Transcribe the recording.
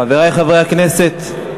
חברי חברי הכנסת,